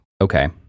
Okay